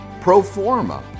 Proforma